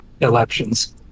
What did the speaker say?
elections